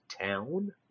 town